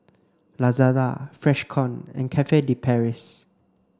Lazada Freshkon and Cafe de Paris